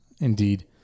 Indeed